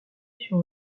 sur